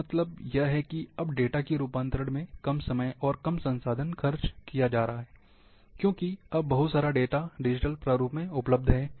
इसका मतलब है कि अब डेटा के रूपांतरण में कम समय और कम संसाधन खर्च किया जा रहा है क्योंकि अब बहुत सारा डेटा डिजिटल प्रारूप में उपलब्ध है